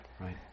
Right